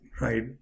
Right